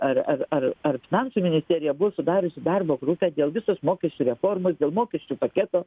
ar ar ar ar finansų ministerija buvo sudariusi darbo grupę dėl visos mokesčių reformos dėl mokesčių paketo